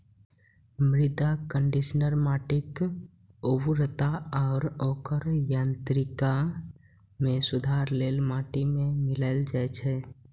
मृदा कंडीशनर माटिक उर्वरता आ ओकर यांत्रिकी मे सुधार लेल माटि मे मिलाएल जाइ छै